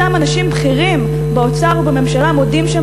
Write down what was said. אותם אנשים בכירים באוצר ובממשלה מודים שם